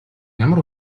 ямар